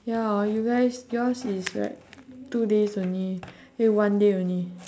ya hor you guys yours is what two days only eh one day only